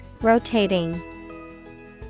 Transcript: Rotating